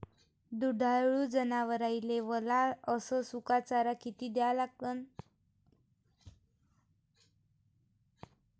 दुधाळू जनावराइले वला अस सुका चारा किती द्या लागन?